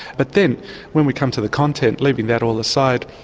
but then when we come to the content, leaving that all aside,